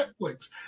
Netflix